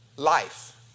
life